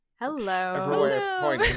Hello